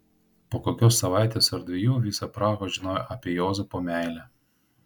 po kokios savaitės ar dviejų visa praha žinojo apie juozapo meilę